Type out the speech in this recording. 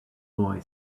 boy